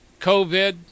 covid